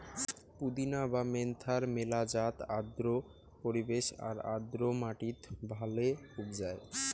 পুদিনা বা মেন্থার মেলা জাত আর্দ্র পরিবেশ আর আর্দ্র মাটিত ভালে উবজায়